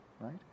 right